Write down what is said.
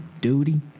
duty